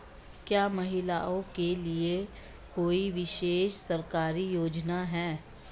क्या महिलाओं के लिए कोई विशेष सरकारी योजना है?